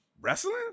wrestling